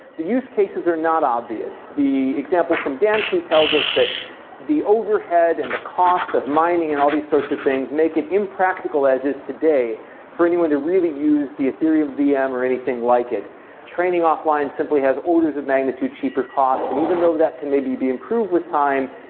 the use cases are not obvious. the example from danku tells us that the overhead and the cost of mining and all these sorts of things make it impractical as is today for anyone to really use the ethereum vm, or anything like it training offline simply has orders of magnitude, cheaper costs. and even though that can maybe be improved with time,